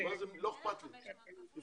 זה